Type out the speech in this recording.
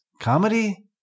comedy